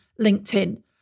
LinkedIn